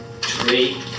three